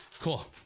Cool